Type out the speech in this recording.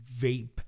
vape